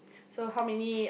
so how many